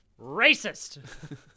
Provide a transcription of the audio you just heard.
Racist